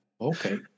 okay